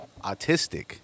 autistic